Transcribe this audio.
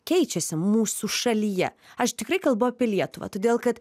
keičiasi mūsų šalyje aš tikrai kalbu apie lietuvą todėl kad